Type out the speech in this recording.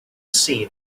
see